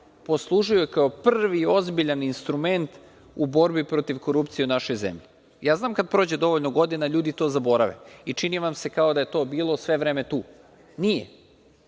poslužio je kao prvi ozbiljan instrument u borbi protiv korupcije u našoj zemlji. Ja znam kada prođe dovoljno godina, ljudi to zaborave i čini vam se kao da je to bilo sve vreme tu. Nije.